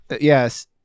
yes